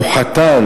הוא חתן.